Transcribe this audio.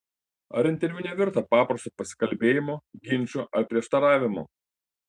ar interviu nevirto paprastu pasikalbėjimu ginču ar prieštaravimu